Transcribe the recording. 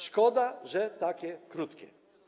Szkoda, że takie krótkie.